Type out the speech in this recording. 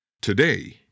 Today